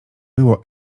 było